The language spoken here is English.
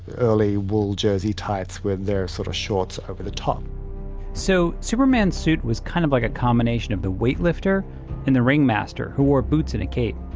early wool jersey tights with their sort of shorts over the top so the superman suit was kind of like a combination of the weightlifter and the ring master who wore boots and a cape.